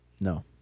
No